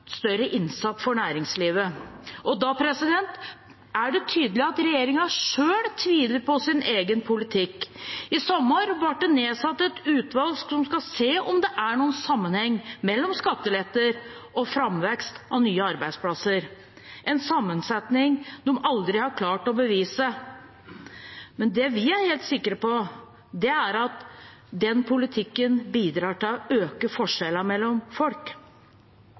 større innsats for næringslivet. Da er det tydelig at regjeringen tviler på sin egen politikk. I sommer ble det nedsatt et utvalg som skal se på om det er noen sammenheng mellom skatteletter og framvekst av nye arbeidsplasser – en sammenheng regjeringen aldri har klart å bevise. Det vi er helt sikre på, er at den politikken bidrar til å øke forskjellene mellom folk.